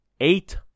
Eight